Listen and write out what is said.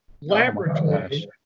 laboratory